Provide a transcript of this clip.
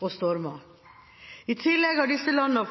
og stormer. I tillegg har disse landene